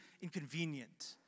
inconvenient